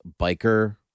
biker